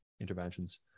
interventions